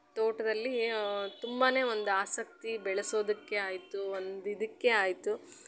ತೋಟದಲ್ಲಿ ತುಂಬಾ ಒಂದು ಆಸಕ್ತಿ ಬೆಳೆಸೋದಕ್ಕೇ ಆಯಿತು ಒಂದು ಇದಕ್ಕೇ ಆಯಿತು